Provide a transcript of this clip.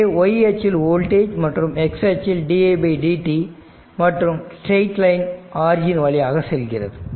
இங்கே y அச்சில் voltage மற்றும் x அச்சில் didt மற்றும் ஸ்ட்ரைட் லைன் ஆர்ஜின் வழியாக செல்கிறது